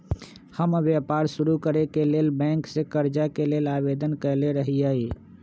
हम व्यापार शुरू करेके लेल बैंक से करजा के लेल आवेदन कयले रहिये